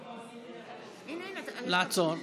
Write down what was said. בעד.